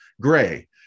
gray